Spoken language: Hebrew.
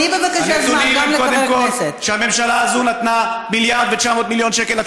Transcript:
אולי תביני קצת את הנתונים שלא למדת אותם.